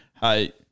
hey